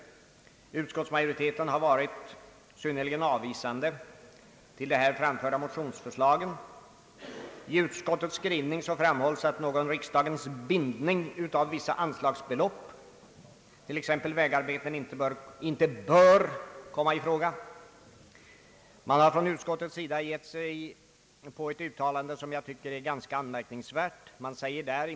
Utskottsmajoriteten har varit synnerligen avvisande till de här framförda motionsförslagen. I utskottets skrivning framhålles att någon riksdagens bindning av vissa anslagsbelopp för t.ex. vägarbeten inte bör komma i fråga. Man har också från utskottets sida gjort ett annat uttalande som jag tycker är ganska anmärkningsvärt.